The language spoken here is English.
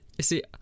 See